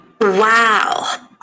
wow